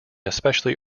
especially